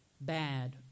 bad